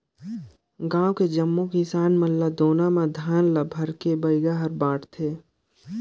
गांव के जम्मो किसान मन ल दोना म धान ल भरके बइगा हर बांटथे